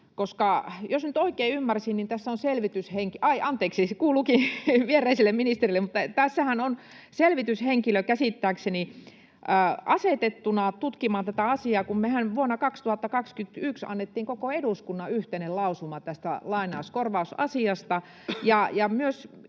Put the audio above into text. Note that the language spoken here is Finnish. koska jos nyt oikein ymmärsin — ai, anteeksi, se kuuluukin viereiselle ministerille — niin tässähän on käsittääkseni selvityshenkilö asetettuna tutkimaan asiaa, kun mehän vuonna 2021 annettiin koko eduskunnan yhteinen lausuma lainauskorvausasiasta,